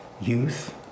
youth